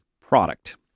product